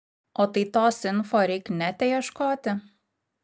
o tai tos info reik nete ieškoti